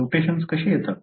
mutations कसे येतात